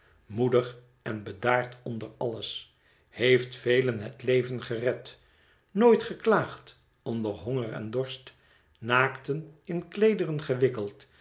moedig en bedaard onder alles heeft velen het leven gered nooit geklaagd onder honger en dorst naakten in kleederen gewikkeld